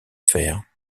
faire